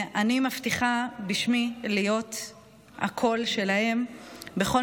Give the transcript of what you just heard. אני מבטיחה בשמי להיות הקול שלהן בכל